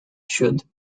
should